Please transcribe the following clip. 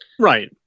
Right